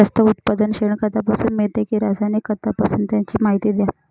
जास्त उत्पादन शेणखतापासून मिळते कि रासायनिक खतापासून? त्याची माहिती द्या